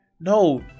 no